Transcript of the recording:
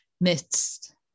midst